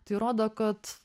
tai rodo kad